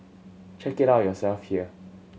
check it out yourself here